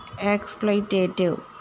exploitative